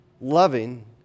loving